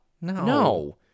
No